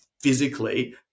physically